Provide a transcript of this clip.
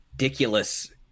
ridiculous